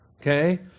okay